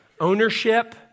ownership